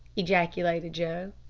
ejaculated joe.